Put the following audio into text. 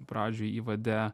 pradžioj įvade